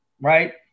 right